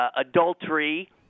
adultery